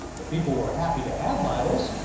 the people were happy to have bibles,